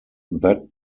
that